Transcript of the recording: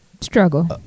Struggle